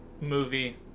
movie